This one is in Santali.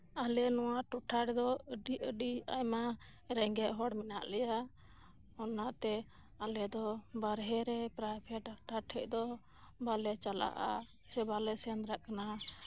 ᱟᱞᱮ ᱱᱚᱶᱟ ᱴᱚᱴᱷᱟ ᱨᱮᱫᱚ ᱟᱰᱤ ᱟᱰᱤ ᱟᱭᱢᱟ ᱨᱮᱸᱜᱮᱡ ᱦᱚᱲ ᱢᱮᱱᱟᱜ ᱞᱮᱭᱟ ᱚᱱᱟᱛᱮ ᱟᱞᱮ ᱫᱚ ᱵᱟᱨᱦᱮ ᱨᱮ ᱯᱨᱟᱭᱵᱷᱮᱴ ᱰᱟᱠᱛᱟᱨ ᱴᱷᱮᱡ ᱫᱚ ᱵᱟᱞᱮ ᱪᱟᱞᱟᱜᱼᱟ ᱥᱮᱵᱟᱞᱮᱱ ᱥᱮᱱ ᱫᱟᱲᱮᱭᱟᱜ ᱠᱟᱱᱟ